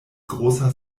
großer